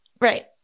Right